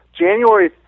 January